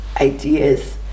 ideas